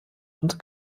und